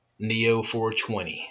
Neo420